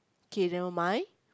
okay never mind